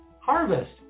harvest